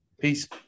Peace